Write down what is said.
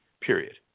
period